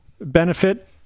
benefit